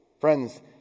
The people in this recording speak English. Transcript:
Friends